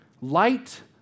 Light